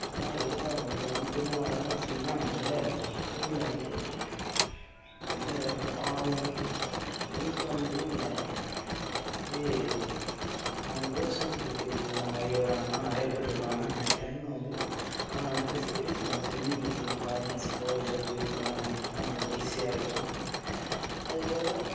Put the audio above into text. அப்புடினா எல்லாம் இங்கே வந்து திருநள்ளாறுன்னு எடுத்துக்கிட்டீங்கன்னா அதுவே கோவில்ல வந்து இந்த பாவம் அப்படின்னு சொல்லமுடியாது இந்த இது அவங்க தோஷம் கழிக்கிறதுக்கு அந்தமாதிரி வர்றவங்கள்லாம் நிறைய பேர் வருவாங்க அந்த டைமில் வந்து அவங்களுக்கு அந்த ஃபெசிலிட்டிஸ் கொஞ்சம் செஞ்சுக் கொடுத்தோன்னா ஃபாரினர்ஸுக்கோ இல்லை வெளியூர்லேருந்து வரவங்களுக்கும் கொஞ்சம் ஈஸியாக இருக்கும் அதுபோல்